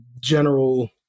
general